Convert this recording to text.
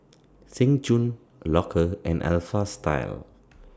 Seng Choon Loacker and Alpha Style